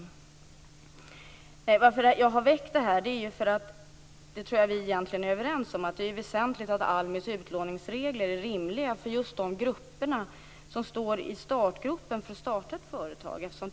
Anledningen till att jag har väckt den här frågan är att det är väsentligt - och detta tror jag att vi egentligen är överens om - att ALMI:s utlåningsregler är rimliga för de grupper som ligger i startgroparna för att starta ett företag.